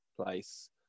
place